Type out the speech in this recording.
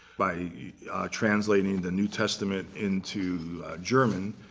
by translating the new testament into german,